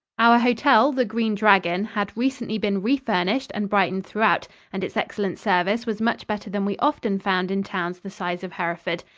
our hotel, the green dragon, had recently been re-furnished and brightened throughout, and its excellent service was much better than we often found in towns the size of hereford.